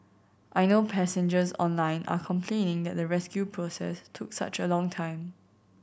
I know passengers online are complaining that the rescue process took such a long time